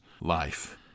life